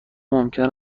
ممکن